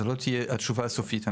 זו לא תהיה התשובה הסופית.